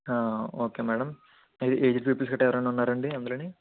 okay madam aged aged people కట్ట ఎవరైనా ఉన్నారా అండి అందులోని